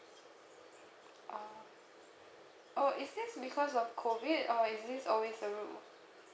oh oh is this because of COVID or is this always the rule